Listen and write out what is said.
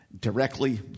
directly